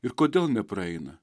ir kodėl nepraeina